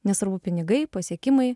nesvarbu pinigai pasiekimai